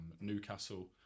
Newcastle